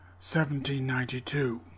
1792